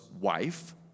wife